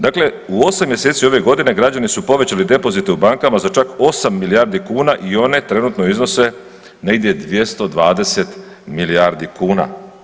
Dakle, u 8 mjeseci ove godine, građani su povećali depozite u bankama za čak 8 milijardi kuna i one trenutno iznose negdje 220 milijardi kuna.